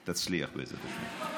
תצליח, בעזרת השם.